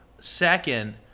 Second